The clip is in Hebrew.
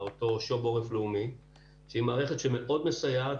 שהיא מערכת שמאוד מסייעת,